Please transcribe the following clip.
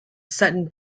sutton